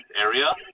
area